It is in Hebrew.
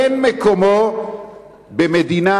אין מקומו במדינה